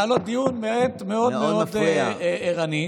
אתן מנהלות דיון מאוד מאוד ערני,